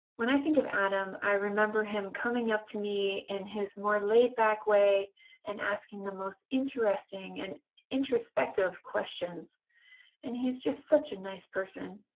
when i think of adam i remember him coming up to me and his more laid-back way and asking the most interesting and introspective questions and he's just such a nice person.